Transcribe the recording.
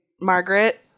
Margaret